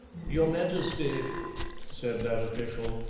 your majesty said that official,